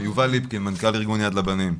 אני מנכ"ל ארגון יד לבנים.